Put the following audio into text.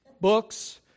books